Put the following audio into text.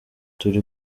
turi